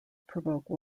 provoke